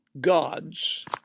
gods